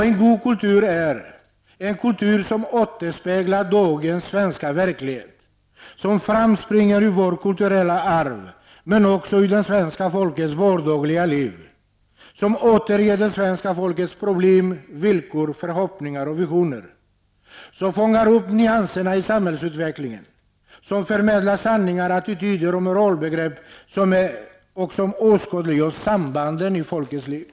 En god kultur är en kultur som återspeglar dagens svenska verklighet, som framspringer ur vårt kulturella arv, men också ur det svenska folkets vardagliga liv, som återger det svenska folkets problem, villkor, förhoppningar och visioner, som fångar upp nyanserna i samhällsutvecklingen, som förmedlar sanningar, attityder och moralbegrepp och som åskådliggör sambanden i människornas liv.